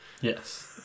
yes